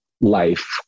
life